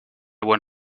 buen